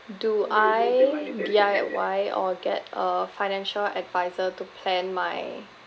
do I D_I_Y or get a financial adviser to plan my